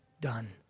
done